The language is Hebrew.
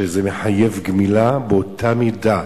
שזה מחייב גמילה באותה מידה.